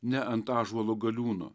ne ant ąžuolo galiūno